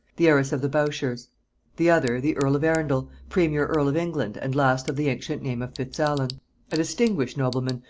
the heiress of the bourchiers the other, the earl of arundel, premier earl of england and last of the ancient name of fitzalan a distinguished nobleman,